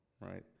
right